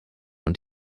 und